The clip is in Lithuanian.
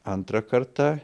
antrą kartą